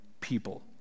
people